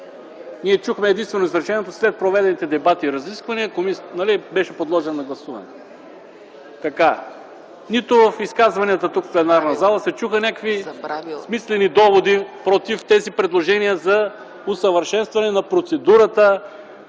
Ние чухме единствено изречението: След проведените дебати и разисквания беше подложен на гласуване... Нито в изказванията тук, в пленарната зала, се чуха някакви смислени доводи против тези предложения за усъвършенстване на процедурата